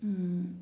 mm